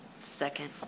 Second